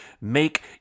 make